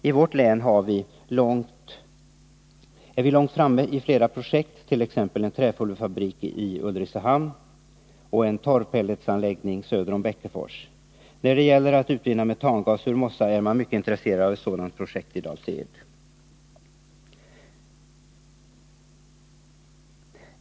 I vårt län är vi långt framme i flera projekt, t.ex. en träpulverfabrik i Ulricehamn och en torvpelletsanläggning söder om Bäckefors. När det gäller att utvinna metangas ur mossar är man mycket intresserad av ett sådant projekt i Dals Ed.